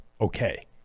okay